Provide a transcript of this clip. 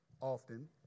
often